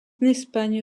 espagne